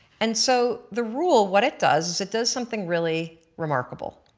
and so the rule what it does is it does something really remarkable.